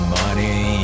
money